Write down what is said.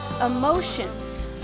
emotions